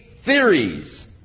Theories